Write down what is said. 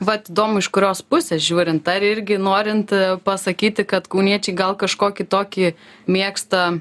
vat įdomu iš kurios pusės žiūrint ar irgi norint pasakyti kad kauniečiai gal kažkokį tokį mėgsta